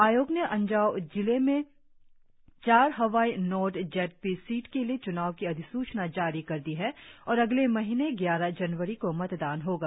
आयोग ने अंजाव जिले में चार Hawai north Z P seat के लिए च्नाव की अधिसूचना जारी कर दी है और अगले महीने ग्यारह जनवरी को मतदान होगा